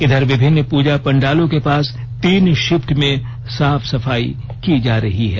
इधर विभिन्न पूजा पंडालों के पास तीन शिफ्ट में साफ सफाई की जा रही है